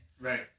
Right